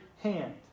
hand